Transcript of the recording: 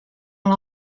non